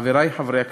חברי חברי הכנסת,